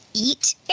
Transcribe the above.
Eat